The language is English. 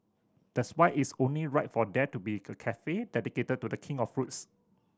that's why it's only right for there to be a cafe dedicated to The King of fruits